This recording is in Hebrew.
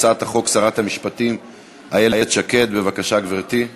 אני קובע כי הצעת חוק הסדרת הלוואות חוץ-בנקאיות (תיקון מס' 3)